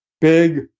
big